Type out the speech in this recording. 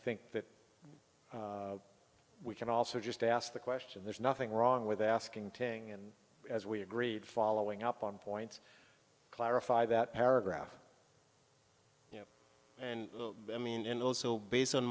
think that we can also just ask the question there's nothing wrong with asking tang and as we agreed following up on point clarify that paragraph and i mean and also based on